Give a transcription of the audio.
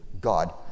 God